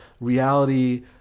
reality